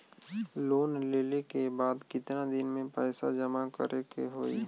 Loan लेले के बाद कितना दिन में पैसा जमा करे के होई?